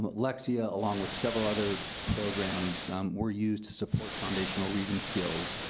but lexia along with several other programs were used to support foundational reading skills.